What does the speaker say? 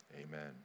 Amen